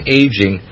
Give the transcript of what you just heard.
aging